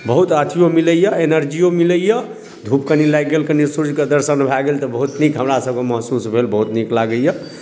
बहुत अथिओ मिलैए एनर्जिओ मिलैए धूप कनी लागि गेल कनी सूर्यके दर्शन भए गेल तऽ बहुत नीक हमरासभके महसूस भेल बहुत नीक लगैए